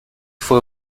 fue